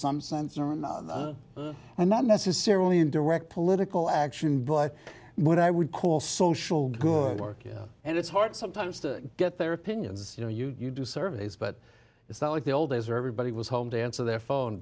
some sense and not necessarily in direct political action but what i would call social good work and it's hard sometimes to get their opinions you know you do surveys but it's not like the old days everybody was home to answer their phone